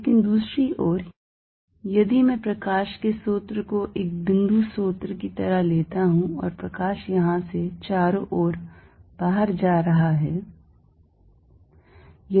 लेकिन दूसरी ओर यदि मैं प्रकाश के स्रोत को एक बिंदु स्रोत की तरह लेता हूं और प्रकाश यहां से चारों ओर बाहर जा रहा है